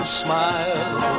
smile